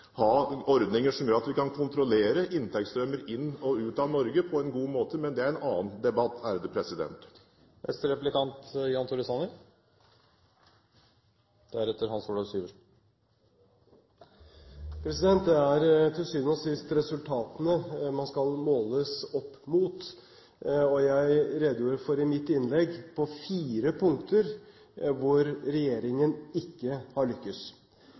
ha ordninger som gjør at vi kan kontrollere inntektsstrømmer inn og ut av Norge på en god måte, men det er en annen debatt. Det er til syvende og sist resultatene man skal måles opp mot. Jeg redegjorde i mitt innlegg for fire punkter hvor regjeringen ikke har